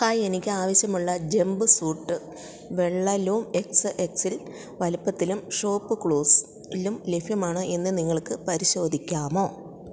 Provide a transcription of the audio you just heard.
hi എനിക്ക് ആവശ്യമുള്ള jumpsuit വെള്ളലും എക്സ് എക്സ് എല് വലിപ്പത്തിലും ഷോപ്പ് ക്ലൂസില് ലഭ്യമാണോയെന്ന് നിങ്ങൾക്ക് പരിശോധിക്കാമോ